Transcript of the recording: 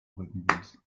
rückenwind